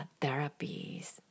therapies